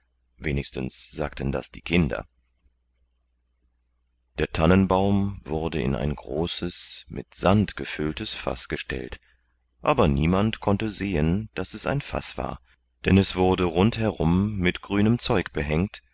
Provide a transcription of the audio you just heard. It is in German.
wenigstens sagten das die kinder der tannenbaum wurde in ein großes mit sand gefülltes faß gestellt aber niemand konnte sehen daß es ein faß war denn es wurde rund herum mit grünem zeug behängt